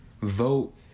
vote